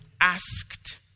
asked